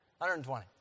120